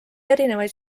erinevaid